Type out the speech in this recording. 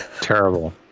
terrible